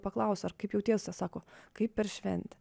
paklausiau ar kaip jauties ta sako kaip per šventę